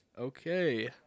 Okay